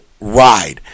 ride